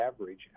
average